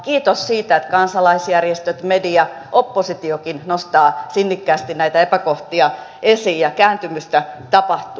kiitos siitä että kansalaisjärjestöt media oppositiokin nostaa sinnikkäästi näitä epäkohtia esiin ja kääntymystä tapahtuu